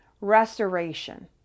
restoration